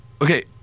Okay